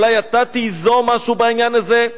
אולי אתה תיזום משהו בעניין הזה,